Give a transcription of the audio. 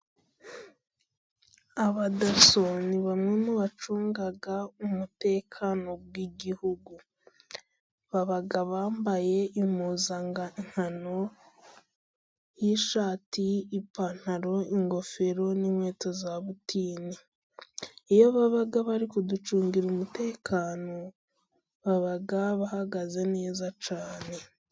Abadaso ni bamwe mu bacunga umutekano w'igihugu, baba bambaye impuzangankano y'ishati, ipantaro, ingofero n'inkweto za butinini. Iyo baba bari kuducungira umutekano baba bahagaze neza cyane.